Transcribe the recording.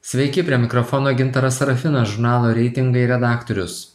sveiki prie mikrofono gintaras sarafinas žurnalo reitingai redaktorius